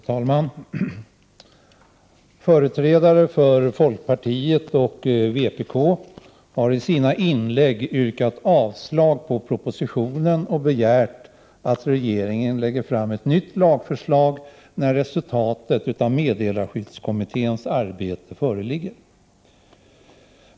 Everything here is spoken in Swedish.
Fru talman! Företrädare för folkpartiet och vpk har i sina inlägg yrkat avslag på propositionen och begärt att regeringen skall lägga fram ett nytt lagförslag när resultatet av meddelarskyddskommitténs arbete föreligger.